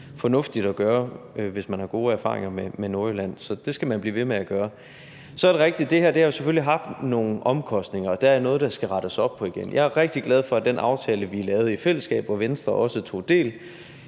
fornuftigt at gøre, hvis man har gode erfaringer med Nordjylland. Så det skal man blive ved med at gøre. Så er det rigtigt, at det her selvfølgelig har haft nogle omkostninger, og at der er noget, der skal rettes op på igen. Jeg er rigtig glad for, at den aftale, vi lavede i fællesskab, og hvor Venstre også tog del,